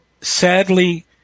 Sadly